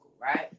right